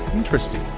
interesting.